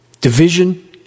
division